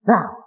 Now